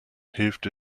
hilft